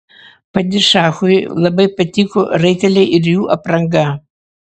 padišachui labai patiko raiteliai ir jų apranga